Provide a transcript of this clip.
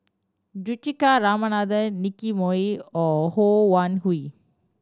Juthika Ramanathan Nicky Moey or Ho Wan Hui